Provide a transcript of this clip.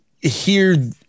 hear